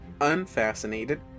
unfascinated